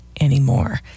anymore